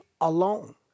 alone